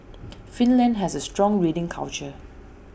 Finland has A strong reading culture